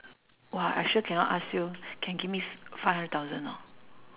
!wah! I sure cannot ask you can give me f~ five hundred thousand or not